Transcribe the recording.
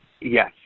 Yes